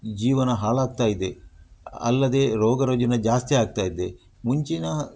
ಜೀವನ ಹಾಳಾಗ್ತಾಯಿದೆ ಅಲ್ಲದೇ ರೋಗ ರುಜಿನ ಜಾಸ್ತಿಯಾಗ್ತಾ ಇದೆ ಮುಂಚಿನ